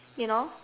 you know